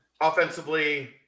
offensively